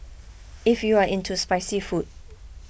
if you are into spicy food